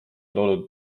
loonud